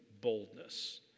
boldness